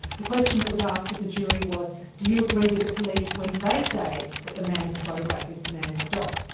the question that was asked of the jury was do you agree with the police when they say that the man in the photograph is the man in the dock?